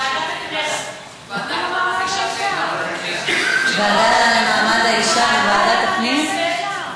ועדה משותפת של הוועדה למעמד האישה וועדת הפנים.